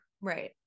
right